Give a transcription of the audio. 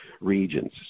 regions